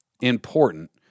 important